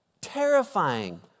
terrifying